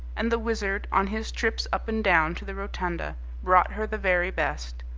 and the wizard on his trips up and down to the rotunda brought her the very best,